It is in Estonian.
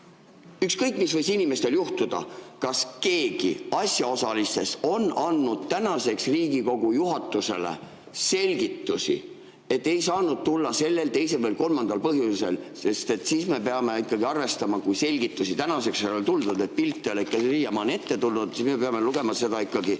ükskõik mis võis inimestel juhtuda, kas keegi asjaosalistest on andnud tänaseks Riigikogu juhatusele selgitusi, et ei saanud tulla sellel, teisel või kolmandal põhjusel? Sest me peame ikkagi arvestama, et kui selgitusi tänaseks ei ole tulnud, pilt ei ole siiamaani ette tulnud, siis me peame lugema seda